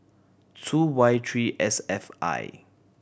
two Y three S F I